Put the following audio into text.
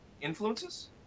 influences